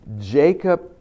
Jacob